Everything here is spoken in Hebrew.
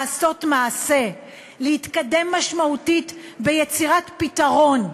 לעשות מעשה: להתקדם משמעותית ביצירת פתרון.